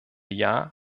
jahr